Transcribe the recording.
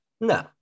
no